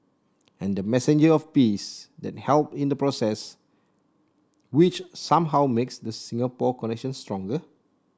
and the messenger of peace that helped in the process which somehow makes the Singapore connection stronger